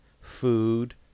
food